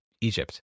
Egypt